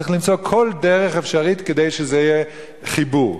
צריך למצוא כל דרך אפשרית כדי שיהיה חיבור.